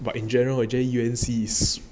but in general actually U and C